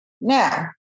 Now